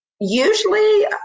usually